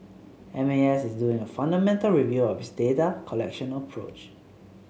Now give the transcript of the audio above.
M A S is doing a fundamental review of its data collection approach